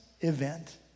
event